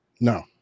No